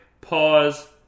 Pause